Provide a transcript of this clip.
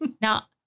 Now